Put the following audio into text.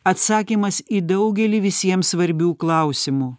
atsakymas į daugelį visiems svarbių klausimų